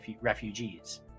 refugees